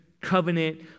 Covenant